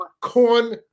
corn